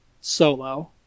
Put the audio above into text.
Solo